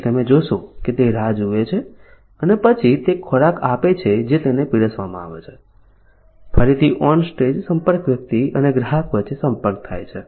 પછી તમે જોશો કે તે રાહ જુએ છે અને પછી તે ખોરાક આપે છે જે તેને પીરસવામાં આવે છે ફરીથી ઓન સ્ટેજ સંપર્ક વ્યક્તિ અને ગ્રાહક વચ્ચે સંપર્ક થાય છે